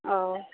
ओ